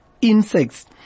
insects